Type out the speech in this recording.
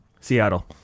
Seattle